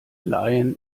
leihen